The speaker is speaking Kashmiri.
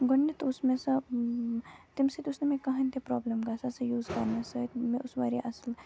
گۄڈنٮ۪تھ اوس مےٚ سۄ تمہِ سۭتۍ اوس نہٕ مےٚ کہنٕنۍ ہانۍ تہِ پرٛابلِم گژھان سُہ یوٗز کَرنہٕ سۭتۍ مےٚ اوس سُہ واریاہ اَصٕل